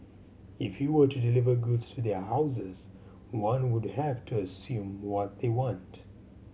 if you were to deliver goods to their houses one would have to assume what they want